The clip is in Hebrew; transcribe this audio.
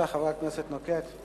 חברת הכנסת אורית נוקד,